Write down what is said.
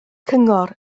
cyngor